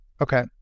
Okay